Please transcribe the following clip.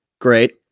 Great